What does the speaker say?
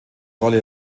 rolle